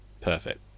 perfect